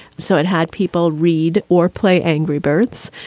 so it had people read or play angry birds.